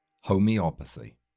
Homeopathy